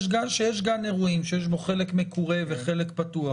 שיש גן אירועים שיש בו חלק מקורה וחלק פתוח,